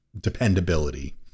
dependability